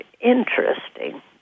interesting